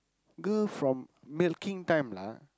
girl from milking time lah